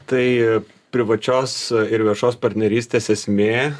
tai privačios ir viešos partnerystės esmė